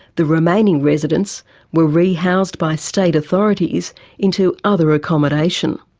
the remaining residents were rehoused by state authorities into other accommodation.